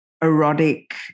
erotic